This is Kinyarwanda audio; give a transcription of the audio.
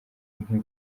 nk’i